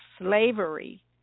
slavery